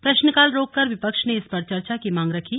प्रश्नकाल रोककर विपक्ष ने इस पर चर्चा की मांग रखी